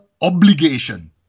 obligation